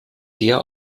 der